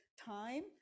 time